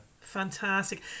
Fantastic